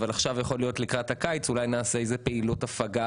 אבל עכשיו לקראת הקיץ אולי נעשה פעילות הפגה